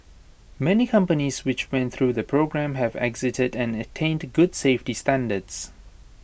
many companies which went through the programme have exited and attained good safety standards